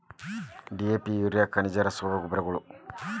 DAP urea ಖನಿಜ ರಸಗೊಬ್ಬರಗಳು